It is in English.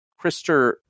Krister